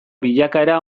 bilakaera